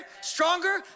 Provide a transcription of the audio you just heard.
stronger